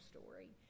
story